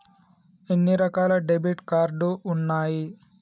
ఎన్ని రకాల debit card ఉన్నాయి?